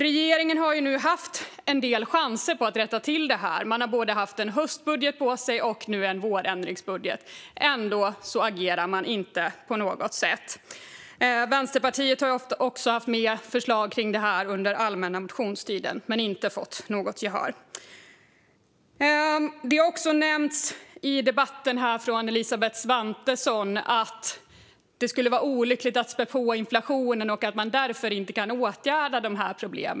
Regeringen har haft en del chanser att rätta till detta; man har haft både en höstbudget och en vårändringsbudget på sig. Ändå agerar man inte på något sätt. Vänsterpartiet har också lagt fram förslag om detta under allmänna motionstiden men inte fått något gehör. Elisabeth Svantesson har nämnt i debatten att det vore olyckligt att spä på inflationen och att man därför inte kan åtgärda dessa problem.